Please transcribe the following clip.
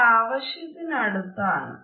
ഇത് ആവശ്യത്തിന് അടുത്താണ്